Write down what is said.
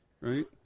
Right